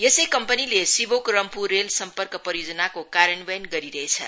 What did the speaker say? यसै कम्पनीले सिभोक रम्फू रेल सम्पर्क परियोजनाको कार्यन्वयन गरिरहेछ